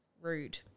Rude